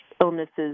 illnesses